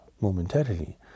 momentarily